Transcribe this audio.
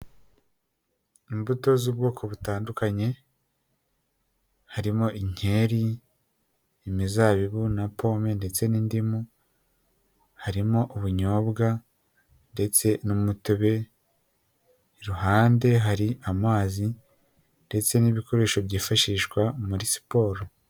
Imbuto z'ubwoko butandukanye harimo inkeri, imizabibu na pome ndetse n'indimu, harimo ubunyobwa ndetse n'umutobe, iruhande hari amazi ndetse n'ibikoresho byifashishwa muri siporo.